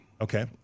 Okay